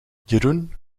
jeroen